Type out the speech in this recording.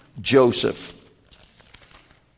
Joseph